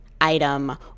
item